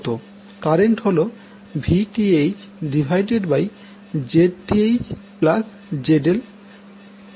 current হল Vth Zth ZL ছাড়া কিছুই না